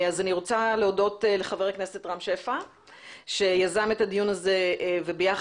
אז אני רוצה להודות לחבר הכנסת רם שפע שיזם את הדיון הזה וביחד